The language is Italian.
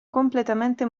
completamente